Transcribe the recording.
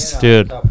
dude